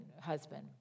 husband